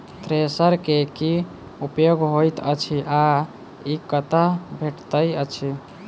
Thresher केँ की उपयोग होइत अछि आ ई कतह भेटइत अछि?